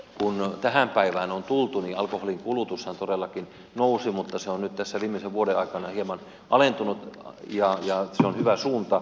kun tähän päivään on tultu niin alkoholin kulutushan todellakin nousi mutta se on nyt tässä viimeisen vuoden aikana hieman alentunut ja se on hyvä suunta